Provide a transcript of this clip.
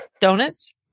Donuts